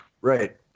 Right